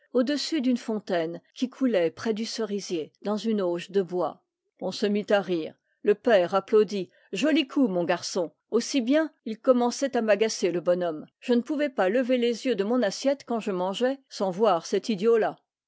au-dessus d'une fontaine qui coulait près du cerisier dans une auge de bois on se mit à rire le père applaudit joli coup mon garçon aussi bien il commençait à m'agacer le bonhomme je ne pouvais pas lever les yeux de mon assiette quand je mangeais sans voir cet idiot là